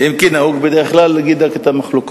אם כי נהוג בדרך כלל להגיד רק את המחלוקות,